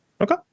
okay